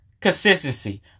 consistency